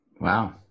Wow